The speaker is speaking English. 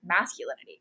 masculinity